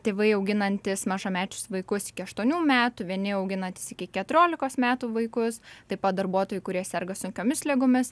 tėvai auginantys mažamečius vaikus iki aštuonių metų vieni auginantys iki keturiolikos metų vaikus taip pat darbuotojai kurie serga sunkiomis ligomis